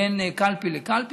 בין קלפי לקלפי.